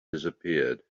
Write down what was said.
disappeared